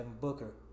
Booker